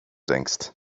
denkst